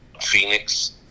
Phoenix